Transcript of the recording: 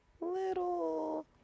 little